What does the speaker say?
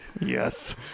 Yes